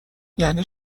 یعنی